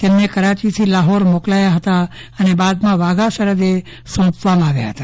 તેમને કરાંચીથી લાહોર મોકલાયા હતા અને બાદમાં વાઘા સરહદે સોંપવામાં આવ્યા હતા